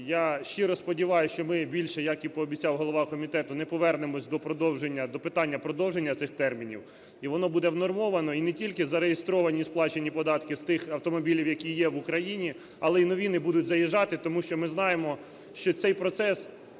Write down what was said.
Я щиро сподіваюсь, що ми більше, як і пообіцяв голова комітету, не повернемося до продовження, до питання продовження цих термінів і воно буде внормовано. І не тільки зареєстровані і сплачені податки з тих автомобілів, які є в Україні, але й нові не будуть заїжджати тому що ми знаємо, що цей процес,